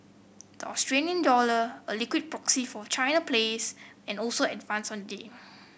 the Australia dollar a liquid proxy for China plays and also advanced on day